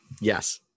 yes